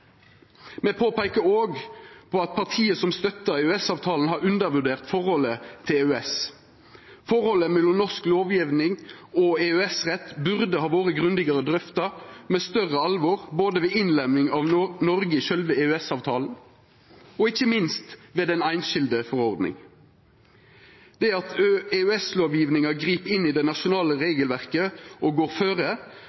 Me påpeikar òg at parti som støttar EØS-avtalen, har undervurdert forholdet til EØS. Forholdet mellom norsk lovgjeving og EØS-rett burde ha vore grundigare drøfta og med større alvor både ved innlemminga av Noreg i sjølve EØS-avtalen og – ikkje minst – ved den einskilde forordninga. Det at EØS-lovgjevinga grip inn i det nasjonale